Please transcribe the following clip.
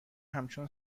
همچون